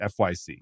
FYC